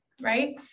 Right